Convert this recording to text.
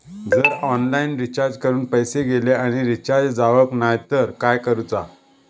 जर online recharge करून पैसे गेले आणि रिचार्ज जावक नाय तर काय करूचा?